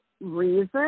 reason